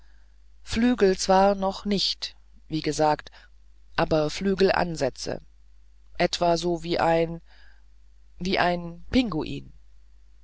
flügel zwar noch nicht wie gesagt aber flügelansätze etwa so wie ein wie ein pinguin